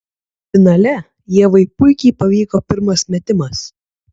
finale ievai puikiai pavyko pirmas metimas